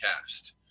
Cast